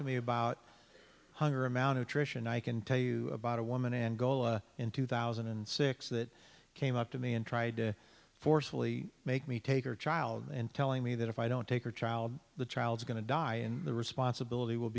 to me about hunger amount of trish and i can tell you about a woman and goal in two thousand and six that came up to me and tried to forcefully make me take her child and telling me that if i don't take a child the child's going to die in the responsibility will